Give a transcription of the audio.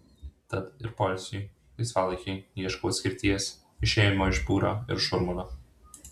tad ir poilsiui laisvalaikiui ieškau atskirties išėjimo iš būrio ir šurmulio